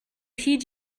heed